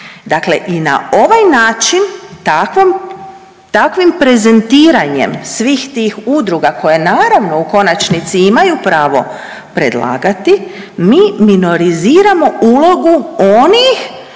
Dakle i na ovaj način takvim prezentiranjem svih tih udruga koje naravno u konačnici imaju pravo predlagati mi minoriziramo ulogu onih